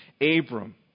Abram